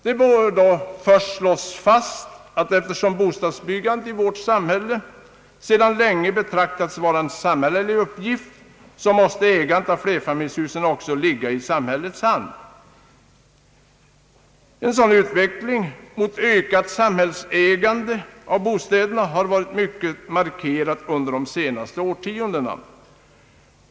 Det bör då slås fast att eftersom bostadsbyggandet i vårt land sedan länge betraktats som en samhällelig uppgift, så måste ägandet av flerfamiljshusen också ligga i samhällets hand. En sådan utveckling mot ökat samhällsägande av bostäderna har varit mycket markant under de senaste årtiondena.